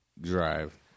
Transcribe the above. drive